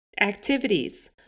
activities